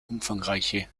umfangreiche